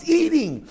eating